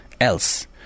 else